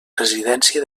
residència